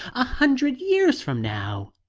a hundred years from now!